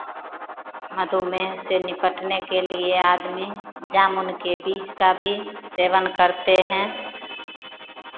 मधुमेह से निपटने के लिए आदमी जामुन के बीज का भी सेवन करते हैं